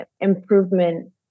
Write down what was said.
improvement